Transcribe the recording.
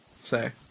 say